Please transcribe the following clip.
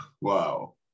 wow